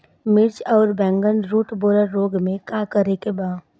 मिर्च आउर बैगन रुटबोरर रोग में का करे के बा?